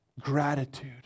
Gratitude